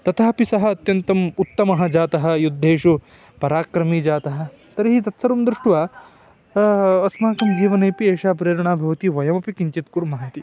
तथापि सः अत्यन्तम् उत्तमः जातः युद्धेषु पराक्रमी जातः तर्हि तत् सर्वं दृष्ट्वा अस्माकं जीवनेपि एषा प्रेरणा भवति वयमपि किञ्चित् कुर्मः इति